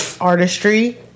artistry